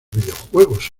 videojuegos